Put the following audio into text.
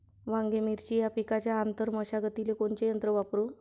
वांगे, मिरची या पिकाच्या आंतर मशागतीले कोनचे यंत्र वापरू?